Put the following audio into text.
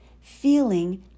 feeling